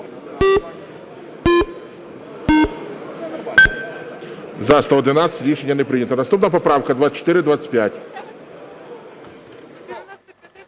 За-111 Рішення не прийнято. Наступна поправка 2425.